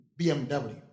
BMW